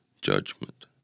judgment